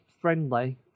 friendly